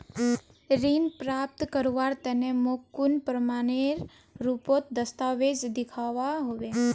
ऋण प्राप्त करवार तने मोक कुन प्रमाणएर रुपोत दस्तावेज दिखवा होबे?